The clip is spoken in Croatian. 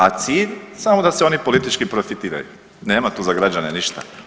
A cilj samo da se oni politički profitiraju, nema tu za građane ništa.